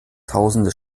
tausende